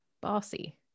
Bossy